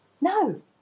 No